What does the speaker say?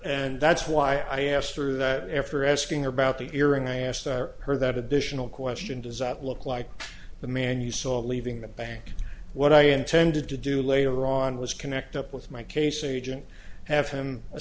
and that's why i asked through that after asking about the earring i asked her that additional question does that look like the man you saw leaving the bank what i intended to do later on was connect up with my case agent have him a